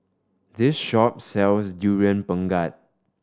this shop sells Durian Pengat